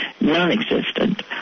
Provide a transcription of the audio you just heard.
non-existent